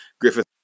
Griffith